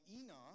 Enoch